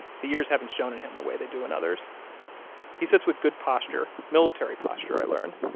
the years haven't shown in him the way they do in others he sits with good posture. military posture, i learn,